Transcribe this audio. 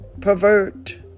pervert